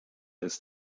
ist